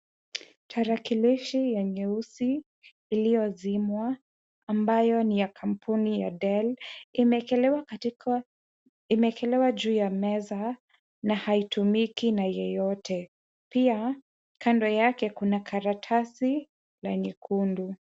Tarakilishi ya nyeusi iliyozimwa ambayo ni ya kampuni ya Dell imewekelewa juu ya meza na haitumiki na yeyote. Pia kando yake kuna karatasi la nyekundu.